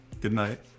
goodnight